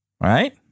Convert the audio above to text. Right